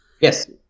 Yes